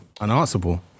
Unanswerable